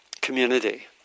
community